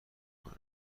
کنه